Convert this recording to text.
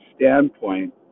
standpoint